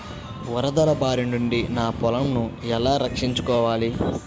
వరదల భారి నుండి నా పొలంను ఎలా రక్షించుకోవాలి?